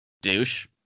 douche